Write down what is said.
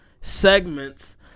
segments